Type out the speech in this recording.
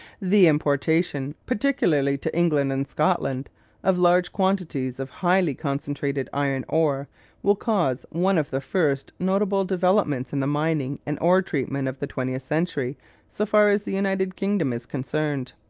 the importation particularly to england and scotland of large quantities of highly-concentrated iron ore will cause one of the first notable developments in the mining and ore-treatment of the twentieth century so far as the united kingdom is concerned.